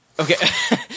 Okay